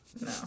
No